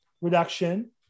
reduction